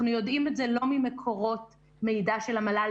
אנחנו יודעים את זה לא ממקורות מידע של המל"ל,